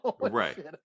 right